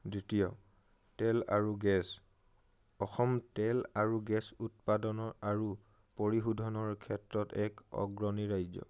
দ্বিতীয় তেল আৰু গেছ অসম তেল আৰু গেছ উৎপাদনৰ আৰু পৰিশোধনৰ ক্ষেত্ৰত এক অগ্ৰণী ৰাজ্য